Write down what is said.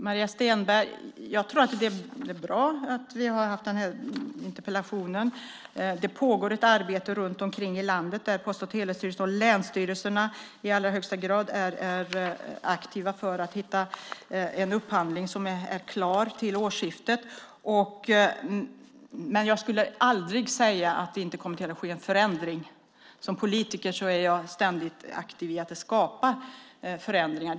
Herr talman! Jag tror att det är bra, Maria Stenberg, att vi har haft denna interpellationsdebatt. Det pågår ett arbete i landet där Post och telestyrelsen och länsstyrelserna är aktiva för att göra en upphandling som är klar till årsskiftet. Men jag skulle aldrig säga att det inte kommer att ske en förändring. Som politiker är jag ständigt aktiv i att skapa förändringar.